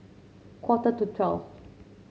quarter to twelve